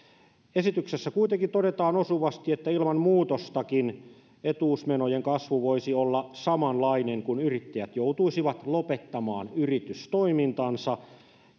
esityksessä kuitenkin todetaan osuvasti että ilman muutostakin etuusmenojen kasvu voisi olla samanlainen kun yrittäjät joutuisivat lopettamaan yritystoimintansa